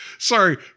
Sorry